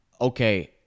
okay